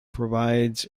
provides